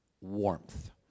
warmth